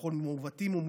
כביכול מעוותים או מוטים,